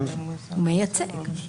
מייצג.